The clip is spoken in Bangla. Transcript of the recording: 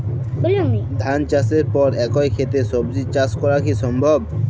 ধান চাষের পর একই ক্ষেতে সবজি চাষ করা সম্ভব কি?